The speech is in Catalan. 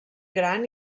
gran